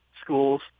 schools